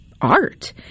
art